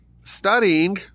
studying